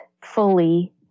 fully